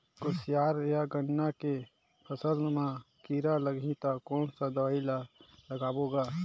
कोशियार या गन्ना के फसल मा कीरा लगही ता कौन सा दवाई ला लगाबो गा?